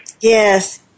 Yes